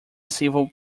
civil